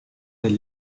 del